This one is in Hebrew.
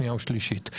השנייה והשלישית".